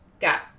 got